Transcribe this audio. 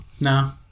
No